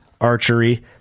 archery